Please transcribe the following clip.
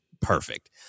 perfect